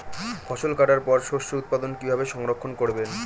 ফসল কাটার পর শস্য উৎপাদন কিভাবে সংরক্ষণ করবেন?